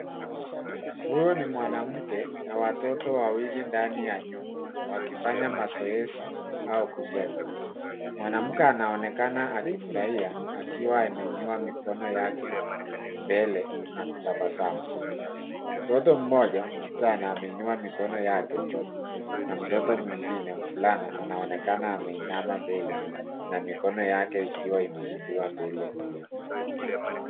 Huyu ni mwanamke na watoto wawili ndani ya nyumba wakifanya mazoezi au kucheza. Mwanamke anaonekana akifurahia akiwa ameinua mikono yake mbele na kutabasamu. Mtoto moja msichana anaonekana ameinua mikono yake juu na mtoto mwingine mvulana ameinama mbele na mikono yake ikiwa imeinuliwa mbele pia.